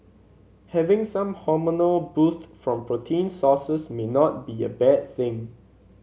having some hormonal boost from protein sources may not be a bad thing